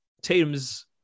Tatum's